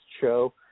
show